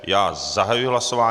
Já zahajuji hlasování.